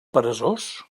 peresós